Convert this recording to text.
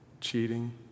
cheating